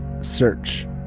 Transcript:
search